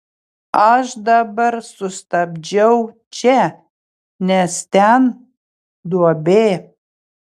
aš dabar sustabdžiau čia nes ten duobė